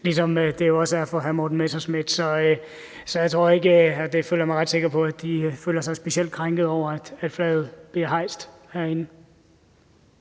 ligesom det jo også er for hr. Morten Messerschmidt. Så jeg tror ikke, at de – og det føler jeg mig ret sikker på – føler sig specielt krænket over, at flaget bliver hejst herinde.